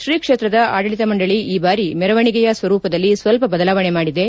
ಶ್ರೀ ಕ್ಷೇತ್ರದ ಆದಳಿತ ಮಂದಳಿ ಈ ಬಾರಿ ಮೆರವಣಿಗೆಯ ಸ್ವರೂಪದಲ್ಲಿ ಬದಲಾವಣೆ ಮಾಡಿದೆ